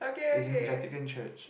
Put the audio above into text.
is in Vatican church